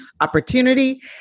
opportunity